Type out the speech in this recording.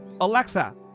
Alexa